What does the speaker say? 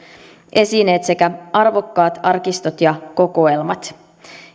esineet sekä arvokkaat arkistot ja kokoelmat